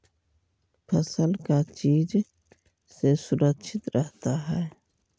फसल का चीज से सुरक्षित रहता है?